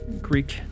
Greek